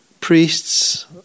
priests